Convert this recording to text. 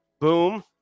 Boom